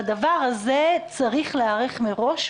בדבר הזה צריך להיערך מראש,